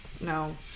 No